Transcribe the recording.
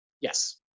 Yes